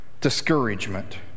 Discouragement